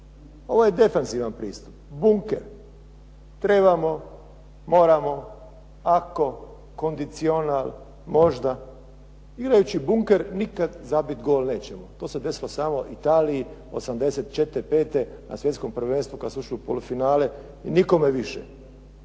Ovo je defanzivan pristup, bunker. Trebamo, moramo, ako, kondicional, možda i reći bunker, nikad zabit gol nećemo. To se desilo samo u Italiji '84., '85. na Svjetskom prvenstvu kad smo ušli u polufinale i nikome više.